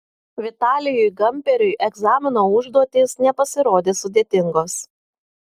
vitalijui gamperiui egzamino užduotys nepasirodė sudėtingos